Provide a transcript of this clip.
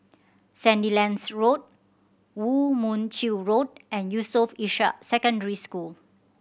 Sandilands Road Woo Mon Chew Road and Yusof Ishak Secondary School